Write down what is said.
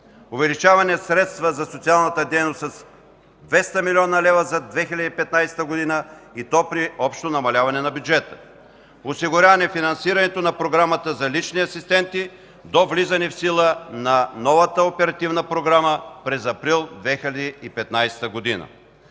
увеличаване средствата за социалната дейност с 200 млн. лв. за 2015 г. и то при общо намаляване на бюджета; осигуряване финансирането на Програмата за лични асистенти до влизане в сила на новата оперативна програма през април 2015 г.;